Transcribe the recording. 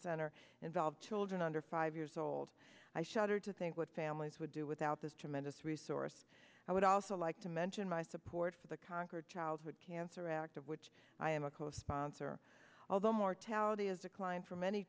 center involve children under five years old i shudder to think what families would do without this tremendous resource i would also like to mention my support for the concord childhood cancer act of which i am a co sponsor although mortality as a client for many